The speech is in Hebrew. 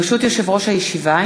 ברשות יושב-ראש הישיבה,